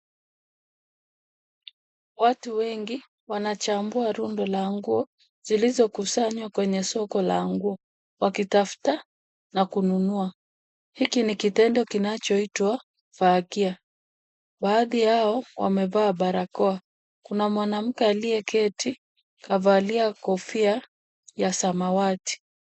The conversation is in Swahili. Watu wengi wanachambua rundo la nguo zilizokusanywa kwenye soko la nguo wakitafuta na kununua. Hiki ni kitendo kinachoitwa fagia. Baadhi yao wamevaa barakoa. Kuna mwanamke aliyeketi kavalia kofia ya samawati.